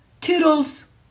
toodles